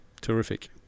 Terrific